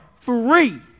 free